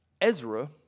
Ezra